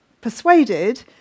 persuaded